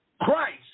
Christ